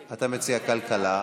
אנחנו מציעים כלכלה.